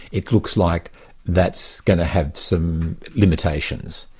it looks like that's going to have some limitations.